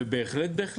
בהחלט.